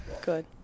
Good